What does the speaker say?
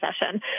session